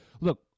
Look